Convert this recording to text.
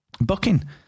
booking